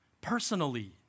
personally